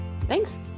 Thanks